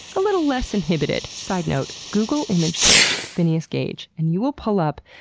a little less inhibited. side note google image search phineas gage and you will pull up,